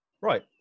right